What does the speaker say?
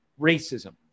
racism